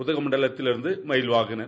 உதகமண்டலத்திலிருந்து Mahilvahanan